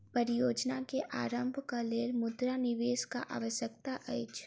परियोजना के आरम्भक लेल मुद्रा निवेशक आवश्यकता अछि